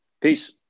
Peace